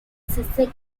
sector